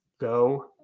go